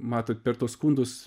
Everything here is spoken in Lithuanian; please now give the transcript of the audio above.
matot per tuos skundus